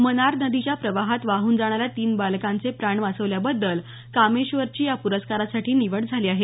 मनार नदीच्या प्रवाहात वाहून जाणाऱ्या तीन बालकांचे प्राण वाचवल्याबद्दल कामेश्वरची या प्रस्कारासाठी निवड झाली आहे